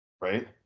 right